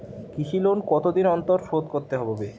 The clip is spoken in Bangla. কৃষি লোন কতদিন অন্তর শোধ করতে হবে?